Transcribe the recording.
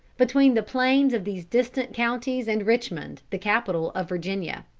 between the plains of these distant counties and richmond, the capital of virginia.